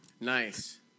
Nice